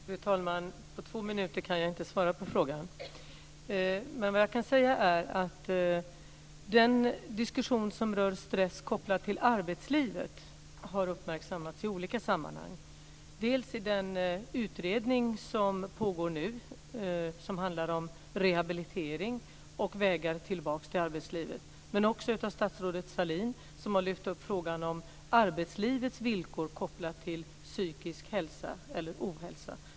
Fru talman! På två minuter kan jag inte svara på frågan. Men vad jag kan säga är att den diskussion som rör stress kopplad till arbetslivet har uppmärksammats i olika sammanhang, t.ex. i den utredning som pågår nu som handlar om rehabilitering och vägar tillbaka till arbetslivet, men också av statsrådet Sahlin, som har lyft upp frågan om arbetslivets villkor kopplade till psykisk hälsa eller ohälsa.